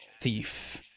thief